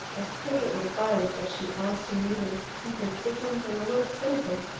a flippant reply was what she asked and needed something flippant and a little cynical.